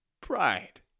Pride